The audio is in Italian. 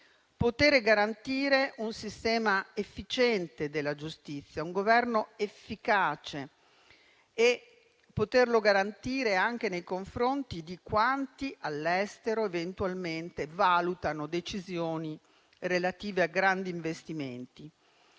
poter garantire un sistema efficiente della giustizia e un suo governo efficace, anche nei confronti di quanti all'estero eventualmente valutano decisioni relative a grandi investimenti.